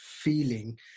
feeling